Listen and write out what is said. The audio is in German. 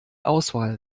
auswahl